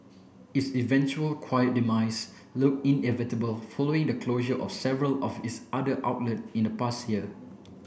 its eventual quiet demise looked inevitable following the closure of several of its other outlet in the past year